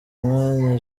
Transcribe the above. mwanya